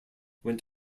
went